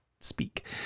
speak